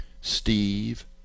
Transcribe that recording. steve